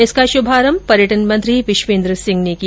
इसका शुभारम्भ पर्यटन मंत्री विश्वेन्द्र सिंह ने किया